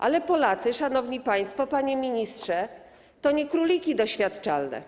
Ale Polacy, szanowni państwo, panie ministrze, to nie króliki doświadczalne.